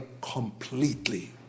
completely